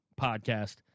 podcast